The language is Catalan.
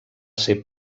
ser